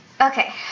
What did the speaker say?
Okay